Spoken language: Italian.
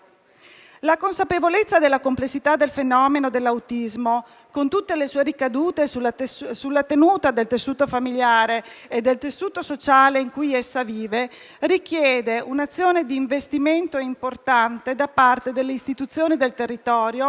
La consapevolezza della complessità del fenomeno dell'autismo, con tutte le sue ricadute sulla tenuta del tessuto familiare e sociale in cui esso si colloca, richiede un'azione di investimento importante da parte delle istituzioni del territorio,